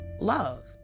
love